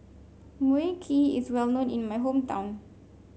Mui Kee is well known in my hometown